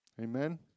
Amen